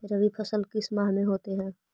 रवि फसल किस माह में होते हैं?